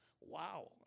wow